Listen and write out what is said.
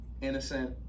innocent